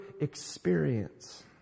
experience